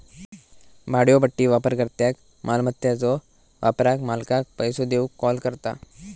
भाड्योपट्टी वापरकर्त्याक मालमत्याच्यो वापराक मालकाक पैसो देऊक कॉल करता